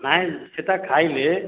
ନାଇ ସେଟା ଖାଇଲେ